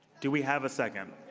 do we have a second?